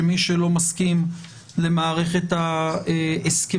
שמי שלא מסכים למערכת ההסכמון,